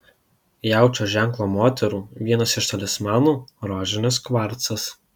jaučio ženklo moterų vienas iš talismanų rožinis kvarcas